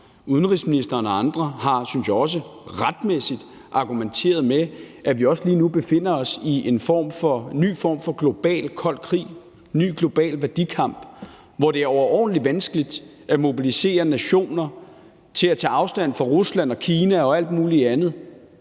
Udenrigsministeren og andre har, synes jeg, også retmæssigt argumenteret med, at vi også lige nu befinder os i en ny form for global kold krig, en ny global værdikamp, hvor det er overordentlig vanskeligt at mobilisere nationer til at tage afstand fra Rusland, Kina og alt muligt andet,